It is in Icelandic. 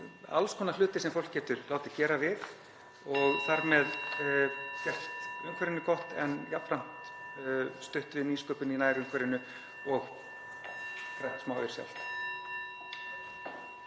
alls konar hlutir sem fólk getur látið gera við og þar með gert umhverfinu gott en jafnframt stutt við nýsköpun í nærumhverfinu og grætt smá aur sjálft.